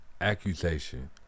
accusation